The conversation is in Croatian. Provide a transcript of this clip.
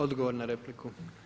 Odgovor na repliku.